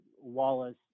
Wallace